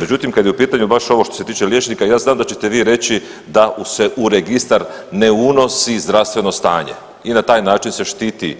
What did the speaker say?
Međutim, kada je u pitanju baš ovo što se tiče liječnika ja znam da ćete vi reći, da se u registar ne unosi zdravstveno stanje i na taj način se štiti